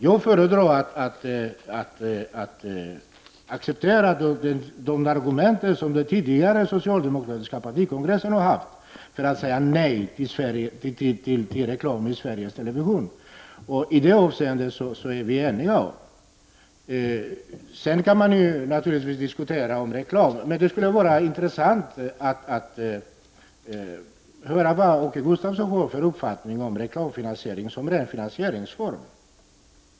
Jag föredrar att acceptera de argument som tidi gare socialdemokratiska partikongresser har haft, nämligen att säga nej till reklam i Sveriges Television. I det avseendet är vi eniga. Naturligtvis kan man diskutera reklamen. Men det skulle vara intressant att höra vad Åke Gustavsson har för uppfattning om reklamfinansiering som ren finansieringsform.